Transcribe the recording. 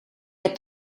heb